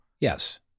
Yes